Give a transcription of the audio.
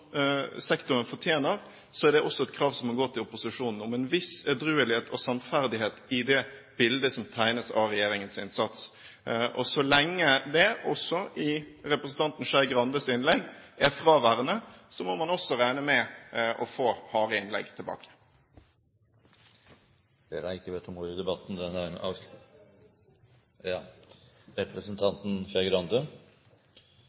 sektoren fortjener, at det også må gå et krav til opposisjonen om en viss edruelighet og sannferdighet i det bildet som tegnes av regjeringens innsats. Så lenge det – også i representanten Skei Grandes innlegg – er fraværende, må man også regne med å få harde innlegg tilbake. Presidenten minner om behovet for parlamentarisk språkbruk i